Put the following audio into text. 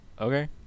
Okay